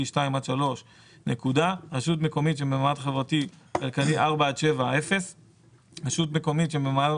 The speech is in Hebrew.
3-2 1 רשות מקומית שבמעמד חברתי כלכלי 7-4 0 רשות מקומית שבמעמד